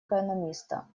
экономиста